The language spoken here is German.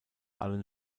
allen